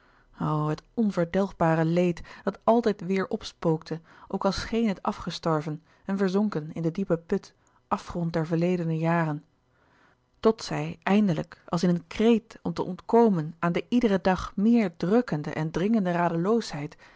het onverdelgbare leed dat altijd weêr opspookte ook al schéen het afgestorven en verzonken in den diepen put afgrond der verledene jaren tot zij eindelijk als in een kreet om te ontkomen aan de iederen dag meer drukkende en dringende radeloosheid